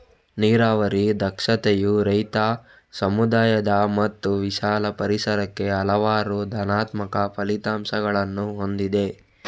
ನೀರಾವರಿ ದಕ್ಷತೆಯು ರೈತ, ಸಮುದಾಯ ಮತ್ತು ವಿಶಾಲ ಪರಿಸರಕ್ಕೆ ಹಲವಾರು ಧನಾತ್ಮಕ ಫಲಿತಾಂಶಗಳನ್ನು ಹೊಂದಿದೆ